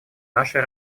нашей